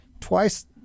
twice